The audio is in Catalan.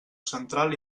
central